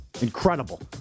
Incredible